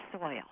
soil